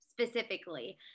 specifically